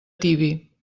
tibi